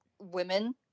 women